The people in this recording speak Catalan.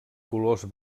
colors